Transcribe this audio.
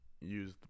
use